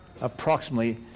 approximately